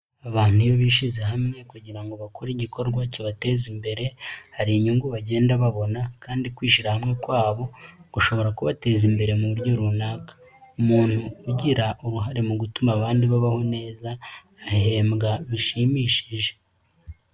Abantu iyo bishyize hamwe kugira ngo bakore igikorwa kibateza imbere hari inyungu bagenda babona kandi kwishyira hamwe kwabo gushobora kubateza imbere mu buryo runaka. Umuntu ugira uruhare mu gutuma abandi babaho neza ahembwa bishimishije.